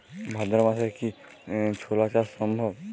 ভাদ্র মাসে কি ছোলা চাষ সম্ভব?